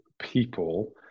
people